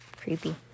Creepy